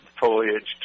foliage